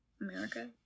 America